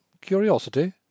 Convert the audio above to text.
Curiosity